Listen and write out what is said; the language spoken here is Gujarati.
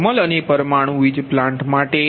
થર્મલ અને પરમાણુ વીજ પ્લાન્ટ માટે